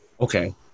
Okay